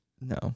no